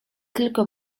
tylko